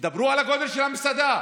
תדברו על הגודל של המסעדה.